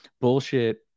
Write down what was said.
bullshit